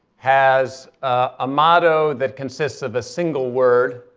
has a motto that consists of a single word,